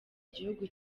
gihugu